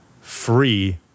free